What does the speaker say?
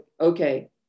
okay